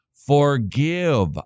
Forgive